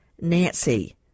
nancy